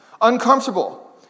uncomfortable